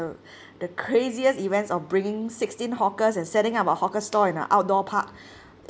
the the craziest events of bringing sixteen hawkers and setting up a hawker stall in a outdoor park